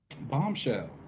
Bombshell